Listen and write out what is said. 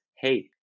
hey